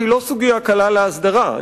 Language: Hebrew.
שאינה קלה להסדרה,